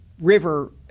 river